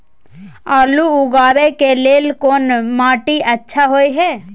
आलू उगाबै के लेल कोन माटी अच्छा होय है?